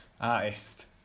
artist